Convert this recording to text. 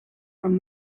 from